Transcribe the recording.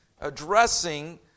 addressing